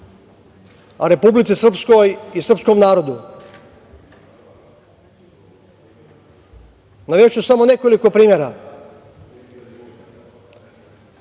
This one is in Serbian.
Republici Srpskoj i srpskom narodu. Navešću samo nekoliko primera. Bakir